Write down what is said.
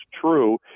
true